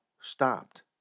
stopped